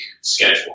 schedule